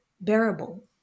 bearable